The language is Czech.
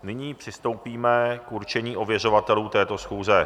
Nyní přistoupíme k určení ověřovatelů této schůze.